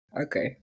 okay